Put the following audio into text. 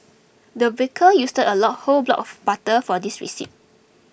the baker used a lock whole block of butter for this recipe